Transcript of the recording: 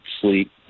sleep